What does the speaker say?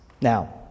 Now